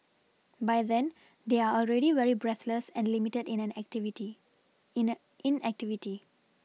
by then they are already very breathless and limited in activity